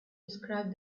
described